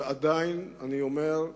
ואני אומר,